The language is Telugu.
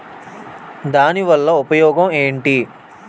దాని వల్ల ఉపయోగం ఎంటి?